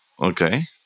Okay